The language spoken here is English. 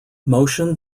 motion